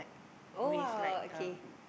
oh !wow! okay